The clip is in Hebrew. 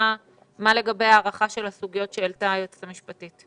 לגבי הארכת הסוגיות שהעלתה היועצת המשפטית.